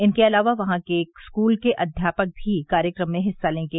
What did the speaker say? इनके अलावा वहां के एक स्कूल के अध्यापक भी कार्यक्रम में हिस्सा लेंगे